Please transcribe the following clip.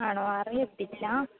ആണോ അറിയില്ല